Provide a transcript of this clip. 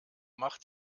macht